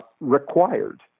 required